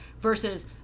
versus